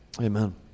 amen